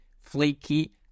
flaky